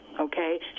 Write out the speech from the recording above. okay